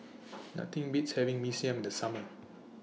Nothing Beats having Mee Siam in The Summer